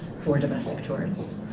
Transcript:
for domestic tourists.